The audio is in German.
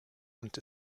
und